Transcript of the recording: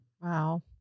Wow